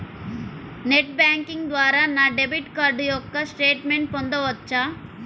Net banking ద్వారా నా debit card యొక్క స్టేట్మెంట్ పొందవచ్చా?